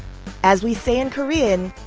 as we say in korean,